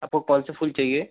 आपको कौन से फूल चाहिए